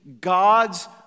God's